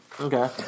Okay